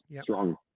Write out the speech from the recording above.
strong